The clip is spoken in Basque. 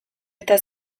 eta